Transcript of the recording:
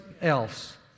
else